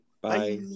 Bye